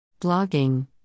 Blogging